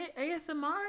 ASMR